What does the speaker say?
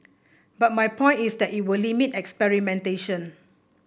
but my point is that it will limit experimentation